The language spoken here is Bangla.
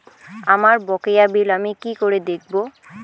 আমার বকেয়া বিল আমি কি করে দেখব?